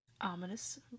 Ominous